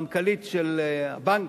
מנכ"לית של בנק,